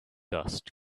dust